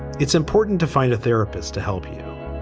it's important to find a therapist to help you.